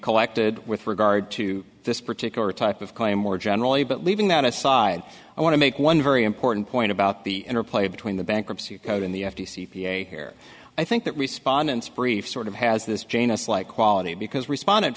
collected with regard to this particular type of claim more generally but leaving that aside i want to make one very important point about the interplay between the bankruptcy code in the f t c here i think that respondents brief sort of has this janus like quality because responde